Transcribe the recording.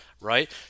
right